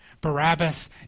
Barabbas